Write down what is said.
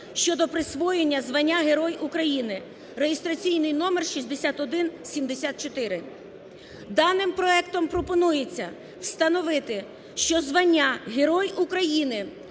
щодо присвоєння звання Герой України (реєстраційний номер 6174). Даним проектом пропонується встановити, що звання Герой України